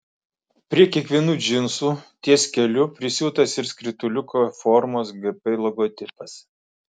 prie kiekvienų džinsų ties keliu prisiūtas ir skrituliuko formos gp logotipas